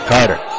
Carter